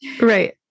Right